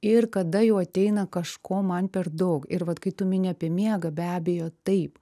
ir kada jau ateina kažko man per daug ir vat kai tu mini apie miegą be abejo taip